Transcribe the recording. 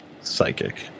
Psychic